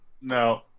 No